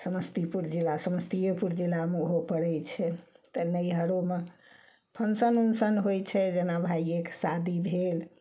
समस्तीपुर जिला समस्तीयेपुर जिलामे ओहो पड़ै छै तऽ नैहरोमे फंक्शन उंगशन होइ छै जेना भाइयेके शादी भेल